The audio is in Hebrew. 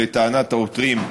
לטענת העותרים,